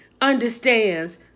understands